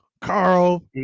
Carl